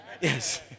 yes